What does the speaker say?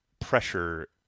pressure